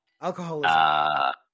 Alcoholism